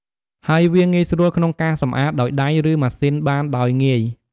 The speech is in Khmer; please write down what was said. ហើយវាងាយស្រួលក្នុងការសម្អាត ដោយដៃ ឬ ម៉ាស៊ីនបានដោយងាយ។